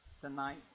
tonight